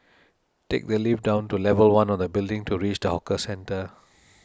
take the lift down to level one of the building to reach the hawker centre